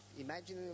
imagine